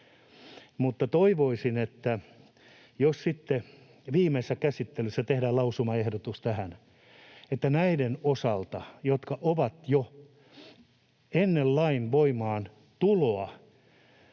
mutta toivoisin, että jos sitten viimeisessä käsittelyssä tehdään lausumaehdotus tähän, että heidän osalta, jotka ovat jo ennen lain voimaantuloa